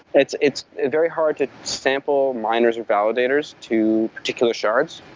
it's it's very hard to sample miners and validators to particular shards.